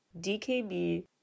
DKB